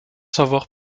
savoir